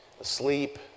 Asleep